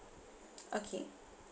okay